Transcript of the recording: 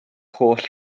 holl